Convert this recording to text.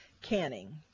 canning